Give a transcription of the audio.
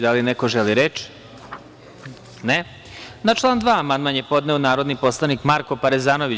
Da li neko želi reč? (Ne) Na član 2. amandman je podneo narodni poslanik Marko Parezanović.